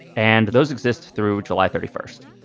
and those exist through july thirty first.